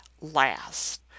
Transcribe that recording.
last